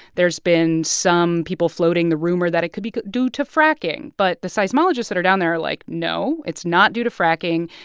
there's been some people floating the rumor that it could be due to fracking. but the seismologists that are down there like, no, it's not due to fracking,